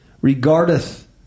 regardeth